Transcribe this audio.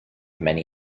many